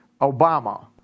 Obama